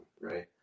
right